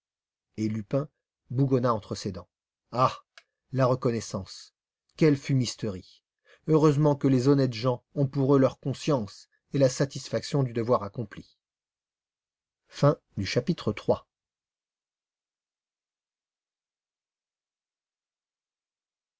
et lupin bougonna ah la reconnaissance quelle fumisterie heureusement que les honnêtes gens ont pour eux leur conscience et la satisfaction du devoir accompli